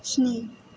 स्नि